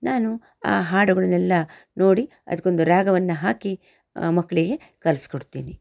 ನಾನು ಆ ಹಾಡುಗಳ್ನೆಲ್ಲ ನೋಡಿ ಅದಕ್ಕೊಂದು ರಾಗವನ್ನು ಹಾಕಿ ಮಕ್ಕಳಿಗೆ ಕಲ್ಸಿಕೊಡ್ತೀನಿ